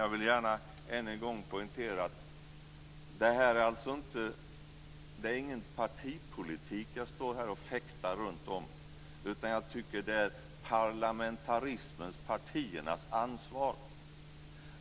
Jag vill än en gång poängtera att detta är alltså inte någon partipolitik som jag fäktar om, utan jag tycker att det är parlamentarismens, partiernas ansvar